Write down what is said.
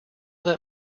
that